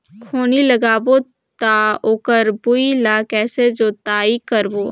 खैनी लगाबो ता ओकर भुईं ला कइसे जोताई करबो?